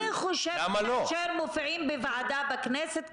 אני חושבת שאם מופיעים בוועדה בכנסת,